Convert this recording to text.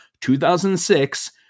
2006